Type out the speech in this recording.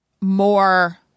more